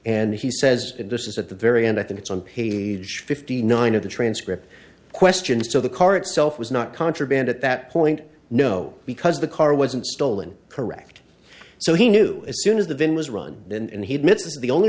and he says this is at the very end i think it's on page fifty nine of the transcript questions so the car itself was not contraband at that point no because the car wasn't stolen correct so he knew as soon as the van was run and he admits this is the only